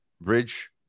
Bridge